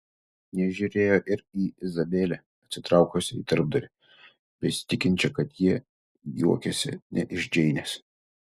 nežiūrėjo ir į izabelę atsitraukusią į tarpdurį besitikinčią kad jie juokiasi ne iš džeinės